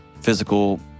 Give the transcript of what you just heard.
physical